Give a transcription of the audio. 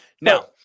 Now